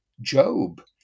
Job